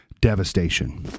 devastation